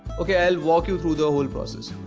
okay, i will walk you through the whole process.